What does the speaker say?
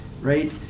Right